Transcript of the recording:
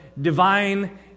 divine